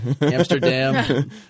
Amsterdam